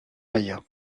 maya